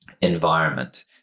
environment